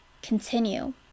continue